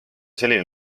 selline